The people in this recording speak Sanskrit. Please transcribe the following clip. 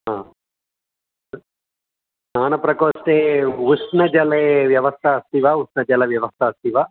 हा स्नानप्रकोष्ठे उष्णजले व्यवस्था अस्ति वा उष्णजलव्यवस्था अस्ति वा